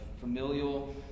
familial